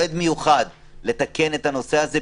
וגם לעשות מועד מיוחד לתקן את הנושא הזה,